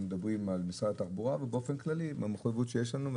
מדברים על משרד התחבורה ובאופן כללי על המחויבות שיש לנו.